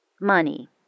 money